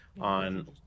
on